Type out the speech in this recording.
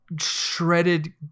shredded